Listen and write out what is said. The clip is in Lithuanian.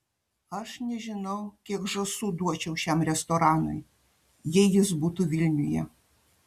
aš nežinau kiek žąsų duočiau šiam restoranui jei jis būtų vilniuje